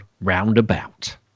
roundabout